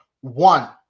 one